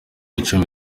icumi